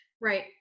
Right